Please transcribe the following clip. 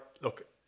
look